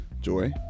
Joy